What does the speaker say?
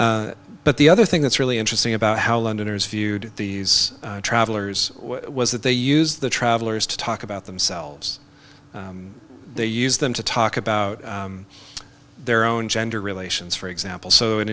century but the other thing that's really interesting about how londoners viewed these travellers was that they use the travellers to talk about themselves they use them to talk about their own gender relations for example so an